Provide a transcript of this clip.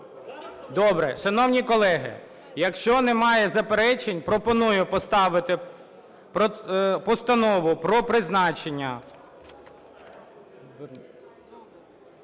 Добре. Шановні колеги, якщо немає заперечень, пропоную поставити Постанову про призначення